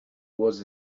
was